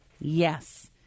Yes